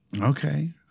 Okay